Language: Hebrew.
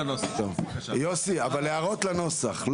יוסי, הערות לנוסח.